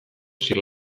sri